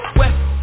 west